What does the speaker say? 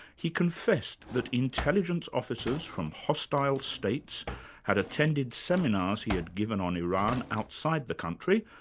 he confessed that intelligence officers from hostile states had attended seminars he had given on iran outside the country,